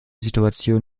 situation